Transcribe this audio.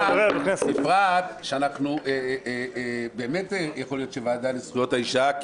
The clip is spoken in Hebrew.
בפרט שבאמת יכול להיות שהוועדה לזכויות האישה,